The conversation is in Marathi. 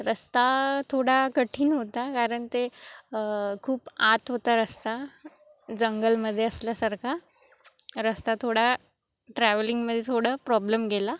रस्ता थोडा कठीण होता कारण ते खूप आत होता रस्ता जंगलामध्ये असल्यासारखा रस्ता थोडा ट्रॅव्हलिंगमध्ये थोडं प्रॉब्लेम गेला